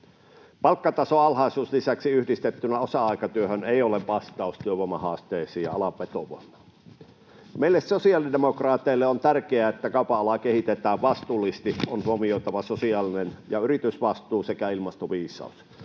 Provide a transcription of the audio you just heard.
palkkatason alhaisuus yhdistettynä osa-aikatyöhön ei ole vastaus työvoimahaasteisiin ja alan vetovoimaan. Meille sosiaalidemokraateille on tärkeää, että kaupan alaa kehitetään vastuullisesti. On huomioitava sosiaalinen ja yritysvastuu sekä ilmastoviisaus.